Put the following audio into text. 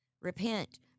repent